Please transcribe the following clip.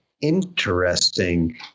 interesting